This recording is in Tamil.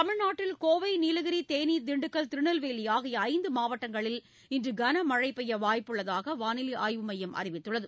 தமிழ்நாட்டில் கோவை நீலகிரி தேனி திண்டுக்கல் திருநெல்வேலி ஆகிய ஐந்து மாவட்டங்களில் இன்று கனமழை பெய்ய வாய்ப்புள்ளதாக வானிலை ஆய்வு மையம் அறிவித்துள்ளது